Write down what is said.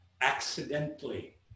accidentally